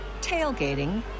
tailgating